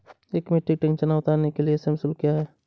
एक metric ton चना उतारने के लिए श्रम शुल्क क्या है?